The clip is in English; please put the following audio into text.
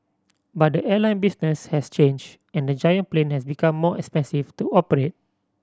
but the airline business has changed and the giant plane has become more expensive to operate